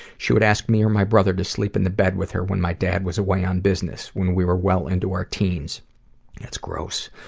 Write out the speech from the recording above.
she would ask me or my brother to sleep and in bed with her when my dad was away on business, when we were well into our teenspaul that's gross.